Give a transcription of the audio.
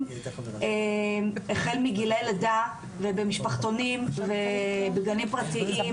החל מגילאי לידה ובמשפחתונים ובגנים פרטיים,